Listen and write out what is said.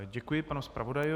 Děkuji panu zpravodaji.